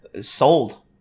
Sold